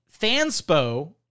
Fanspo